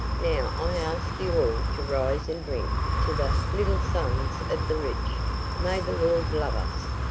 now i ask you all to rise and drink to the little sons of the rich may the lord love us!